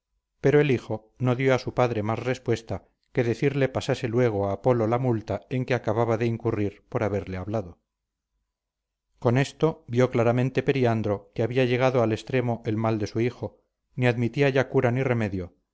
pero el hijo no dio a su padre más respuesta que decirle pagase luego a apolo la multa en que acababa de incurrir por haberle hablado con esto vio claramente periandro que había llegado al extremo el mal de su hijo ni admitía ya cura ni remedio